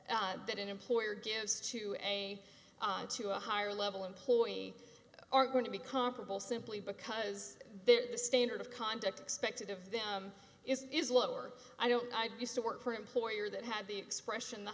that that an employer gives to a to a higher level employee are going to be comparable simply because bit the standard of conduct expected of them is lower i don't i used to work for employer that had the expression the